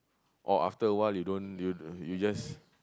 or after awhile you don't you you just